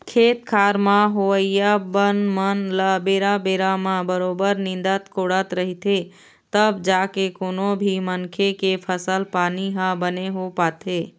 खेत खार म होवइया बन मन ल बेरा बेरा म बरोबर निंदत कोड़त रहिथे तब जाके कोनो भी मनखे के फसल पानी ह बने हो पाथे